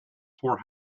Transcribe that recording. poor